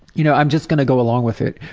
you know i'm just gonna go along with it.